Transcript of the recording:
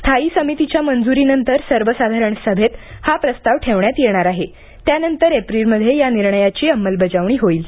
स्थायी समितीच्या मंजूरीनंतर सर्वसाधारण सभेत हा प्रस्ताव ठेवण्यात येणार आहे त्यानंतर एप्रिलमध्ये या निर्णयाची अमंलबजावणी होईल